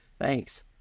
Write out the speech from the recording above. Thanks